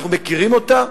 אנחנו מכירים אותה.